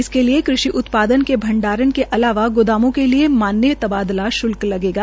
इसके लिये कृषि उत्पादन के भंडारण के अलावा गोदामों के लिये मान्य तबादला शुल्क लगेगा